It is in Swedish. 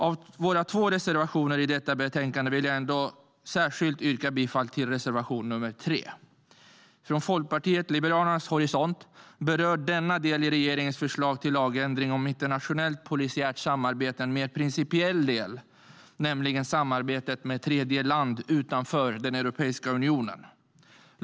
Av våra två reservationer i detta betänkande vill jag ändå särskilt yrka bifall till reservation nr 3. Från Folkpartiets liberalernas horisont berör denna del i regeringens förslag till lagändring om internationellt polisiärt samarbete en mer principiell fråga, nämligen samarbetet med tredjeland utanför Europeiska unionen.